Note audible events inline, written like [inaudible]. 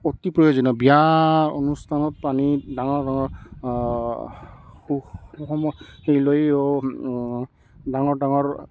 অতি প্ৰয়োজনীয় বিয়া অনুষ্ঠানত পানী ডাঙৰ ডাঙৰ [unintelligible] লৈয়ো ডাঙৰ ডাঙৰ